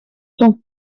són